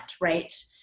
Right